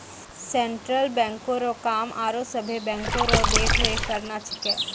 central बैंको रो काम आरो सभे बैंको रो देख रेख करना छिकै